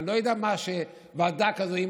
אני לא יודע מה שוועדה כזאת, אם